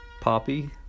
Poppy